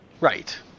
Right